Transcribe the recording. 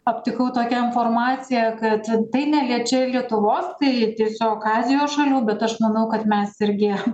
aptikau tokią informaciją kad tai neliečia lietuvos tai tiesiog azijos šalių bet aš manau kad mes irgi